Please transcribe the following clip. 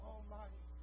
Almighty